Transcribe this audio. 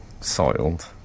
soiled